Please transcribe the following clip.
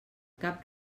cap